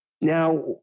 Now